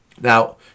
Now